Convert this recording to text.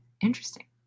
interesting